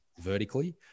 vertically